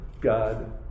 God